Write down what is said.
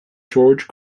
george